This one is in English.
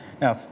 Now